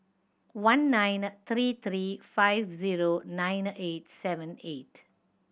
one nine three three five zero nine eight seven eight